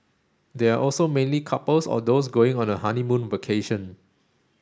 they are also mainly couples or those going on a honeymoon vacation